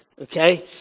okay